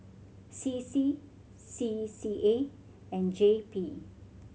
C C C C A and J P